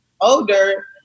older